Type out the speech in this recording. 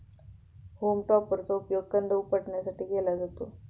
home टॉपरचा उपयोग कंद उपटण्यासाठी केला जातो